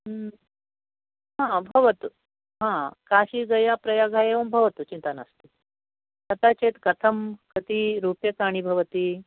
आम् भवतु हा काशी गया प्रयाग एवं भवतु चिन्तानास्ति कदाचित् कथं कति रूप्यकानि भवति